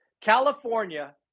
California